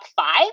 five